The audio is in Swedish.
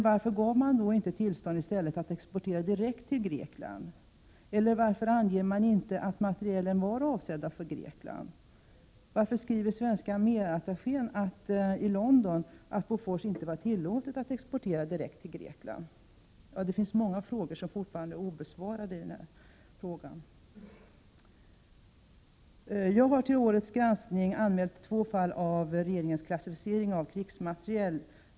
Varför gav man då inte i stället tillstånd för att exportera direkt till Grekland? Varför angav man inte att materielen var avsedd för Grekland? Varför skrev svenska arméattachen i London att Bofors inte hade tillåtelse att exportera direkt till Grekland? Ja, det finns många frågor som fortfarande är obesvarade i det sammanhanget. Jag har till årets granskning anmält två fall när det gäller regeringens klassificering av krigsmateriel.